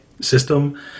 system